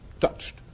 touched